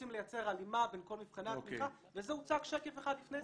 ורוצים לייצר הלימה בין כל מבחני התמיכה וזה הוצג שקף אחד לפני זה,